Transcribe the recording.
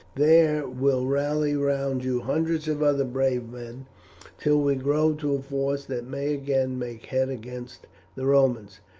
there will rally round you hundreds of other brave men till we grow to a force that may again make head against the romans.